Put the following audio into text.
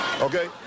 okay